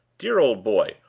dear old boy,